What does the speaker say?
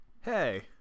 hey